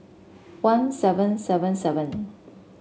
one seven seven seven